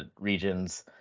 regions